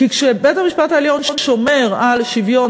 כשבית-המשפט העליון שומר על שוויון